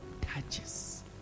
touches